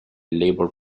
labour